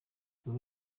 uku